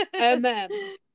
Amen